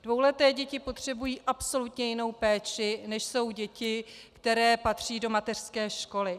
Dvouleté děti potřebují absolutně jinou péči než děti, které patří do mateřské školy.